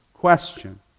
question